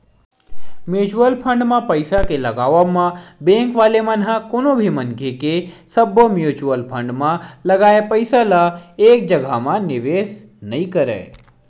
mutual fund म पइसा के लगावब म बेंक वाले मन ह कोनो भी मनखे के सब्बो म्युचुअल फंड म लगाए पइसा ल एक जघा म निवेस नइ करय